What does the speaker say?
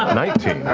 ah nineteen.